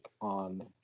on